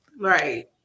Right